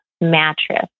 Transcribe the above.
mattress